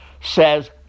says